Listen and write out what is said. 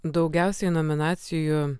daugiausiai nominacijų